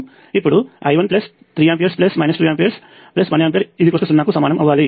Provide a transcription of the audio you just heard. ఇప్పుడు I13A1A 0 కు సమానము అవ్వాలి